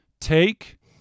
take